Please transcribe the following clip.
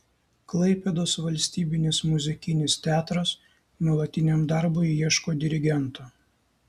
klaipėdos valstybinis muzikinis teatras nuolatiniam darbui ieško dirigento